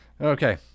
Okay